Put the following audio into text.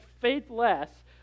faithless